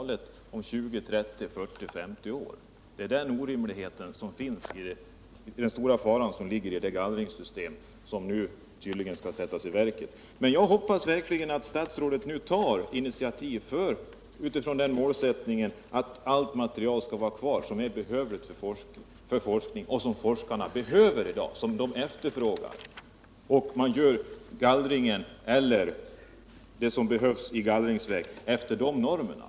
Herr talman! Jag vill bara erinra om den fara som ligger i att man i dag och framöver skall bedöma vad som är farligt om 20, 30, 40 eller 50 år. Det är den stora faran som ligger i det gallringssystem som nu tydligen skall sättas i verket. Men jag hoppas verkligen att statsrådet nu tar initiativ utifrån den målsättningen att allt material skall vara kvar som är behövligt för forskningen och som forskarna efterfrågar i dag, och att man gör den gallring som behövs efter de normerna.